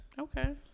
Okay